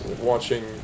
watching